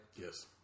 Yes